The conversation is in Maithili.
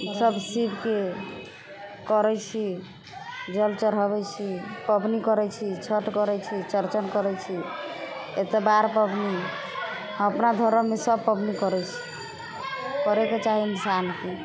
सब शिवके करै छी जल चढ़बै छी पबनी करै छी छठ करै छी चौरचन करै छी एतवार पबनी हम अपना धरममे सब पबनी करै छी करैके चाही इन्सानके